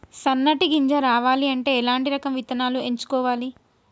సన్నటి గింజ రావాలి అంటే ఎలాంటి రకం విత్తనాలు ఎంచుకోవాలి?